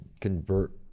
convert